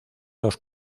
los